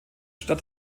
stadt